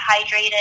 hydrated